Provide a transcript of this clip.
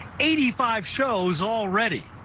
eighty five shows already.